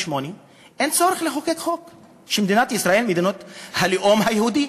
אין צורך לחוקק חוק שמדינת ישראל היא מדינת הלאום היהודי.